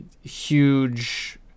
Huge